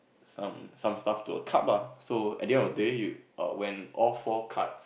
some some stuff to a cup ah so at the end of day you err when all four cards